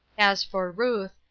as for ruth,